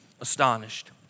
astonished